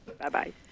Bye-bye